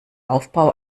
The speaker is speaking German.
aufbau